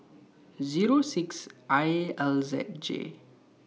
Zero six I L Z J